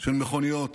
של מכוניות,